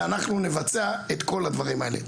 ואנחנו נבצע את כל הדברים האלה.